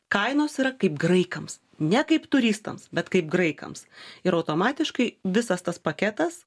kainos yra kaip graikams ne kaip turistams bet kaip graikams ir automatiškai visas tas paketas